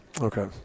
Okay